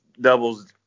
doubles